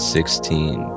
Sixteen